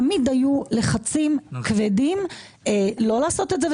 תמיד היו לחצים כבדים לא לעשות את זה,